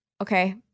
okay